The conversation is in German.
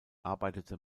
arbeitete